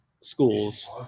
schools